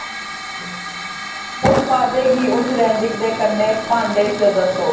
उत्पादें गी उच्च रेटिंग दे कन्नै भांडें च दस्सो